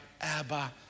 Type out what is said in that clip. Abba